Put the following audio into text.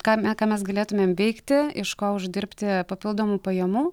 ką me ką mes galėtumėm veikti iš ko uždirbti papildomų pajamų